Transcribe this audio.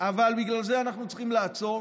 אבל בגלל זה אנחנו צריכים לעצור